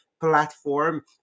platform